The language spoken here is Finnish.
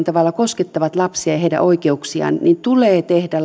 tavalla koskettavat lapsia ja heidän oikeuksiaan tulee tehdä